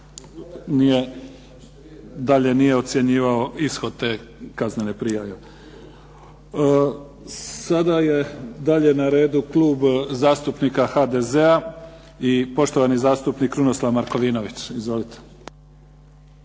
dalje nije ocjenjivao ishod te kaznene prijave. Sada je dalje na redu Klub zastupnika HDZ-a, i poštovani zastupnik Krunoslav Markovinović. Izvolite.